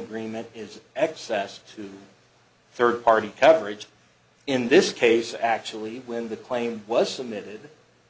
grima is excess to third party coverage in this case actually when the claim was submitted